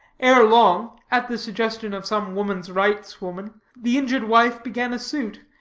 ere long, at the suggestion of some woman's-rights women, the injured wife began a suit,